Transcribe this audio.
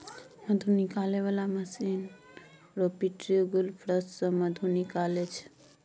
मधु निकालै बला machine centrifugal force सँ मधु निकालै छै